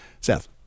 Seth